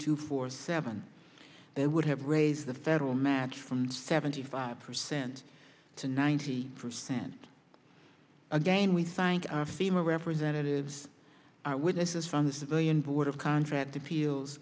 to four seven they would have raised the federal match from seventy five percent to ninety percent again we thank our fema representatives witnesses from the civilian board of contract appeals